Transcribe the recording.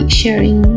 sharing